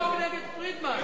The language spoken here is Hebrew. מה היה, כנגד פרידמן?